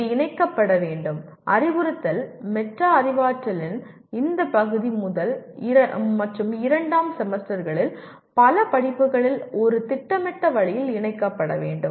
இது இணைக்கப்பட வேண்டும் அறிவுறுத்தல் மெட்டா அறிவாற்றலின் இந்த பகுதி முதல் மற்றும் இரண்டாம் செமஸ்டர்களில் பல படிப்புகளில் ஒரு திட்டமிட்ட வழியில் இணைக்கப்பட வேண்டும்